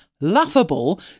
laughable